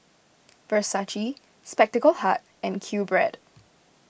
Versace Spectacle Hut and Qbread